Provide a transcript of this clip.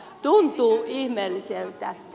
tuntuu ihmeelliseltä